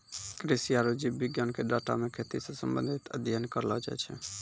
कृषि आरु जीव विज्ञान के डाटा मे खेती से संबंधित अध्ययन करलो जाय छै